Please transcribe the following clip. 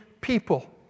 people